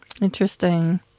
Interesting